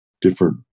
different